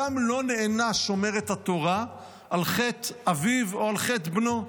אדם לא נענש על חטא אביו או על חטא בנו.